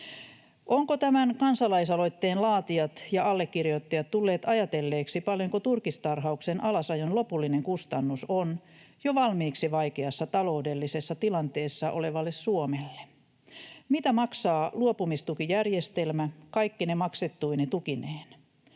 Ovatko tämän kansalaisaloitteen laatijat ja allekirjoittajat tulleet ajatelleeksi, paljonko turkistarhauksen alasajon lopullinen kustannus on jo valmiiksi vaikeassa taloudellisessa tilanteessa olevalle Suomelle? Mitä maksaa luopumistukijärjestelmä kaikkine maksettuine tukineen,